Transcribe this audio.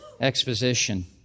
exposition